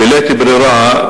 בלית ברירה,